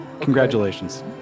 Congratulations